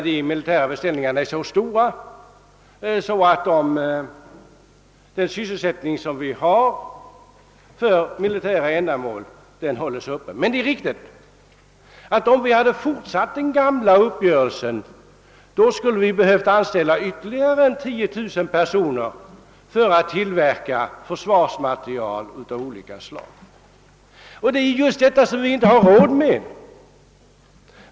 De militära beställningarna är så stora att sysselsättningen inom de sektorer, som arbetar för militära ända mål, håller sig uppe. Men det är riktigt att vi, om vi hade låtit den gamla försvarsuppgörelsen gälla även i fortsättningen, hade behövt anställa ytterligare 10 000 personer för att tillverka försvarsmateriel av olika slag. Det är just detta vi inte har råd med.